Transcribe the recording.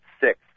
six